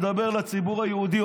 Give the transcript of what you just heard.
מדבר לציבור היהודי,